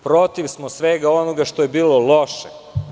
Protiv smo svega onoga što je bilo loše.